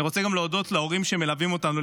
אני רוצה גם להודות להורים שמלווים אותנו,